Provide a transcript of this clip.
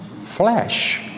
flesh